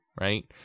right